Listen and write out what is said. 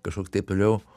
kažkoks taip toliau